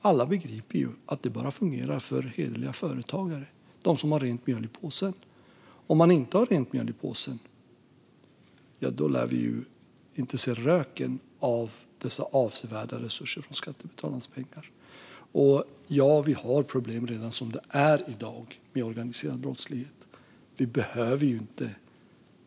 Alla begriper ju att det bara fungerar om det är hederliga företagare som har rent mjöl i påsen. Om de inte har rent mjöl i påsen lär vi inte se röken av dessa avsevärda resurser från skattebetalarnas pengar. Ja, vi har problem med organiserad brottslighet redan som det är i dag.